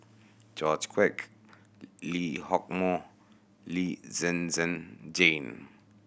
George Quek Lee Hock Moh Lee Zhen Zhen Jane